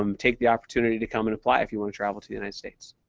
um take the opportunity to come and apply if you wanna travel to the united states.